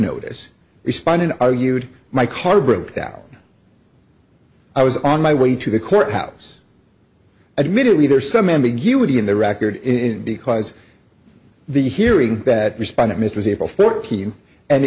notice responded are you would my car broke down i was on my way to the courthouse admittedly there is some ambiguity in the record in because the hearing that responded mr zabel fourteen and